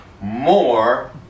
More